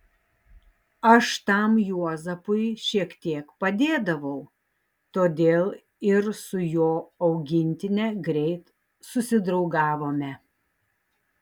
aš tam juozapui šiek tiek padėdavau todėl ir su jo augintine greit susidraugavome